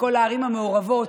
ובכל הערים המעורבות,